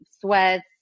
sweats